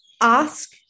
ask